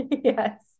Yes